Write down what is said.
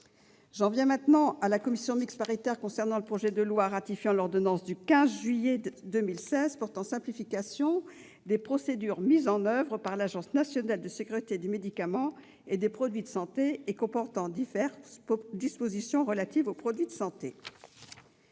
texte élaboré par la commission mixte paritaire pour le projet de loi ratifiant l'ordonnance n° 2016-966 du 15 juillet 2016 portant simplification de procédures mises en oeuvre par l'Agence nationale de sécurité du médicament et des produits de santé et comportant diverses dispositions relatives aux produits de santé